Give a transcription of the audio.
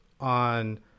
on